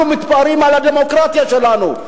אנחנו מתפארים בדמוקרטיה שלנו,